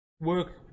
work